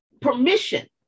permission